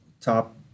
top